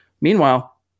Meanwhile